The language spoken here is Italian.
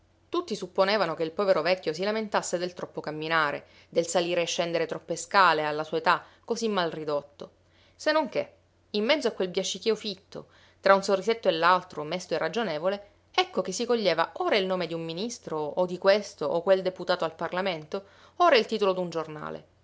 tutti supponevano che il povero vecchio si lamentasse del troppo camminare del salire e scendere troppe scale alla sua età così mal ridotto se non che in mezzo a quel biascichio fitto tra un sorrisetto e l'altro mesto e ragionevole ecco che si coglieva ora il nome di un ministro o di questo o quel deputato al parlamento ora il titolo d'un giornale